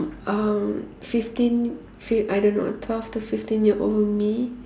um fifteen fi~ I don't know twelve to fifteen year old me